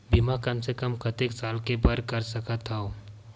बीमा कम से कम कतेक साल के बर कर सकत हव?